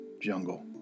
jungle